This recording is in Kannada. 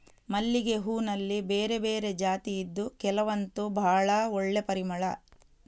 ಮಲ್ಲಿಗೆ ಹೂನಲ್ಲಿ ಬೇರೆ ಬೇರೆ ಜಾತಿ ಇದ್ದು ಕೆಲವಂತೂ ಭಾಳ ಒಳ್ಳೆ ಪರಿಮಳ